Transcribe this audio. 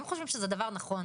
אם חושבים שזה דבר נכון,